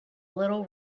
little